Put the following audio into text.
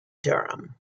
durham